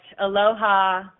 Aloha